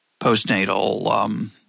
postnatal